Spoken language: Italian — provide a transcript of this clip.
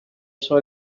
sono